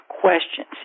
questions